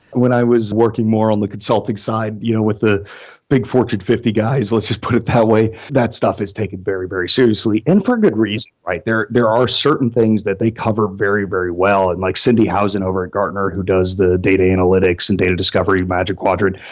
when i was working more on the consulting side you know with the big fortune fifty guys, let's just put it that way, that stuff is taken very, very seriously and for a good reason. there there are certain things that they cover very, very well. and like cindi howson over at gartner who does the data analytics and data discovery magic quadrant.